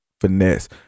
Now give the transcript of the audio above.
finesse